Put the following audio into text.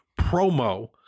promo